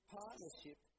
partnership